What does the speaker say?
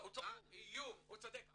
הוא צודק.